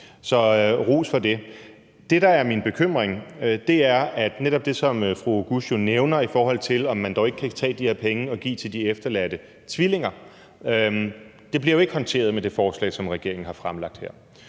Så ros for det. Det, der er min bekymring, er netop det, som fru Halime Oguz nævner, i forhold til om man dog ikke kan tage de her penge og give dem til de efterladte tvillinger. Det bliver jo ikke håndteret med det forslag, som regeringen har fremsat her.